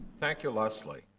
thank you, leslie.